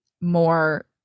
more